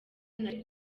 nari